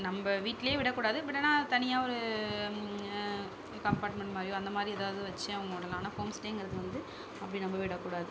நம்ம வீட்டிலேயே விடக்கூடாது பட் ஆனால் தனியாக ஒரு இப்போ அபார்ட்மெண்ட் மாதிரியோ அந்த மாதிரி ஏதாவது வச்சு அவங்க விடலாம் ஆனால் ஹோம் ஸ்டேங்கிறது வந்து அப்படி நம்ம விடக்கூடாது